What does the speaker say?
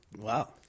Wow